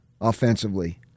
offensively